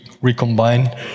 recombine